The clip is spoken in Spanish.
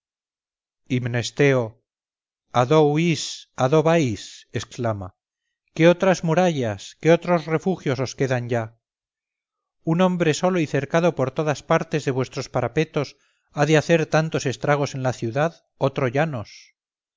do huís a do vais exclama qué otras murallas qué otros refugios os quedan ya un hombre solo y cercado por todas partes de vuestros parapetos ha de hacer tantos estragos en la ciudad oh